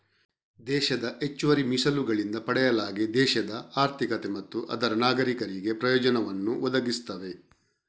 ದೇಶದ ಹೆಚ್ಚುವರಿ ಮೀಸಲುಗಳಿಂದ ಪಡೆಯಲಾಗಿ ದೇಶದ ಆರ್ಥಿಕತೆ ಮತ್ತು ಅದರ ನಾಗರೀಕರಿಗೆ ಪ್ರಯೋಜನವನ್ನು ಒದಗಿಸ್ತವೆ